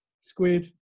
squid